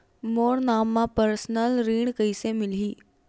मोर नाम म परसनल ऋण कइसे मिलही?